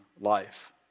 life